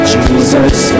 Jesus